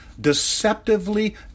deceptively